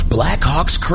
Blackhawks